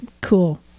Cool